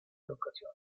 educación